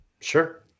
Sure